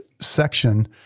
section